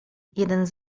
jeden